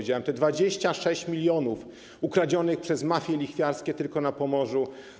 26 mln zł ukradzionych przez mafie lichwiarskie, tylko na Pomorzu.